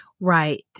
right